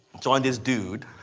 join this dude,